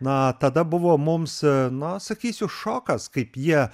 na tada buvo mums na sakysiu šokas kaip jie